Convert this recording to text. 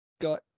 got